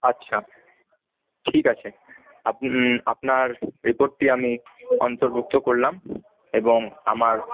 আচ্ছা ঠিক আছে আপনি আপনার রিপোর্টটি আমি অন্তর্ভুক্ত করলাম এবং আমার